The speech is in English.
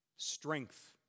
strength